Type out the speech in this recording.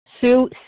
Sue